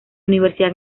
universidad